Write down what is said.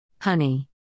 Honey